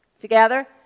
Together